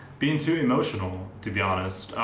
being too emotional, to be honest.